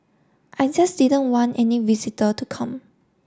I just didn't want any visitor to come